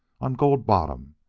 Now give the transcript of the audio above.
on gold bottom.